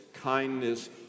kindness